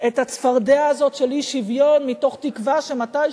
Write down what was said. את הצפרדע הזאת של אי-שוויון מתוך תקווה שמתישהו,